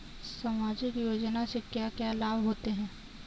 सामाजिक योजना से क्या क्या लाभ होते हैं?